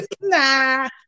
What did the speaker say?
nah